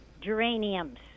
Geraniums